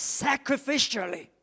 sacrificially